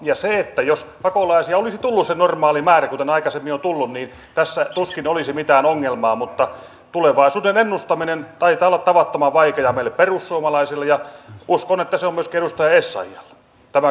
ja jos pakolaisia olisi tullut se normaali määrä kuten aikaisemmin on tullut niin tässä tuskin olisi mitään ongelmaa mutta tulevaisuuden ennustaminen taitaa olla tavattoman vaikeaa meille perussuomalaisille ja uskon että se on myöskin edustaja essayahille